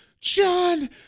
John